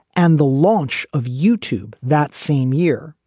and the launch of youtube that same year,